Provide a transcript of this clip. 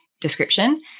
description